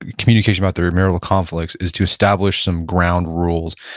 communication about their marital conflicts, is to establish some ground rules.